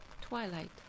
Twilight